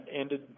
ended